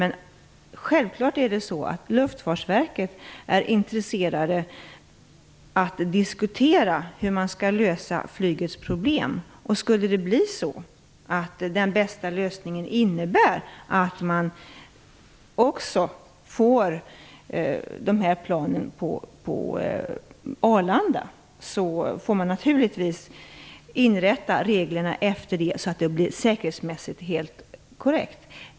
Men självfallet är Luftfartsverket intresserat av att diskutera hur man skall lösa flygets problem. Om den bästa lösningen innebär att man också får dessa plan på Arlanda får man naturligtvis inrätta reglerna efter det, så att det säkerhetsmässigt blir helt korrekt.